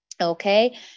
Okay